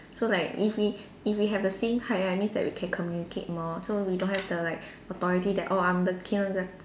so like if we if we have the same height right means that we can communicate more so we don't have the like authority that oh I'm the Kindergar~